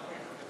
עטאונה.